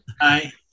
hi